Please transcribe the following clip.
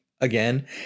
again